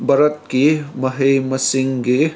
ꯚꯥꯔꯠꯀꯤ ꯃꯍꯩ ꯃꯁꯤꯡꯒꯤ